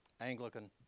Anglican